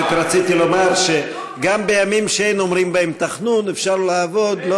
בדיוק רציתי לומר שגם בימים שאין אומרים בהם תחנון אפשר לעבוד.